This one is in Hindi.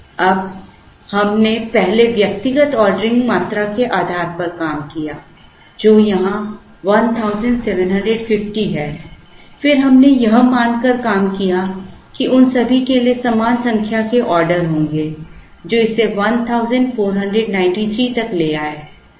अब हमने पहले व्यक्तिगत ऑर्डरिंग मात्रा के आधार पर काम किया जो यहां 1750 है फिर हमने यह मानकर काम किया कि उन सभी के लिए समान संख्या के ऑर्डर होंगे जो इसे 1493 तक ले आए